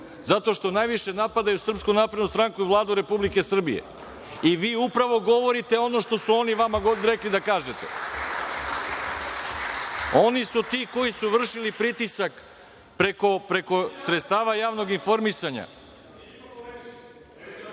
zato što najviše napadaju SNS i Vladu Republike Srbije i vi upravo govorite ono što su oni vama rekli da kažete. Oni su ti koji su vršili pritisak preko sredstava javnog informisanja.(Srđan